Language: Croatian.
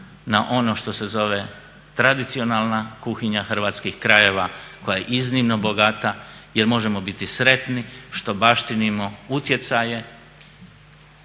na ono što se zove tradicionalna kuhinja hrvatskih krajeva koja je iznimno bogata jer možemo biti sretni što baštinimo utjecaje